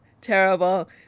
Terrible